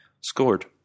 scored